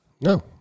no